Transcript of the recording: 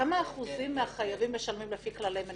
כמה אחוזים מהחייבים משלמים לפי כללי מנהל?